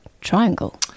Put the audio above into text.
triangle